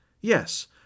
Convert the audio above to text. Yes